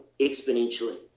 exponentially